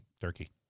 Turkey